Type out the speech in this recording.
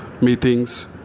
meetings